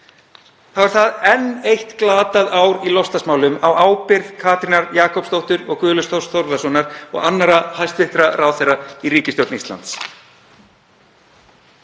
þá er það enn eitt glatað ár í loftslagsmálum á ábyrgð Katrínar Jakobsdóttur og Guðlaugs Þórs Þórðarsonar og annarra hæstv. ráðherra í ríkisstjórn Íslands.